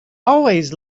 always